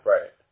Right